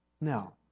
Now